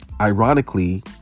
Ironically